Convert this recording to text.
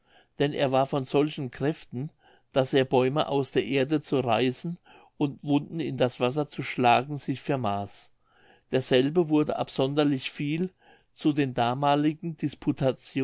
denn er war von solchen kräften daß er bäume aus der erde zu reißen und wunden in das wasser zu schlagen sich vermaß derselbe wurde absonderlich viel zu den damaligen